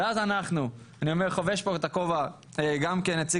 ואז אנחנו אני חובש את הכובע של נציג